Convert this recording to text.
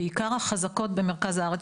בעיקר עניין של נוסח,